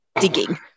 digging